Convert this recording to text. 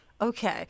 Okay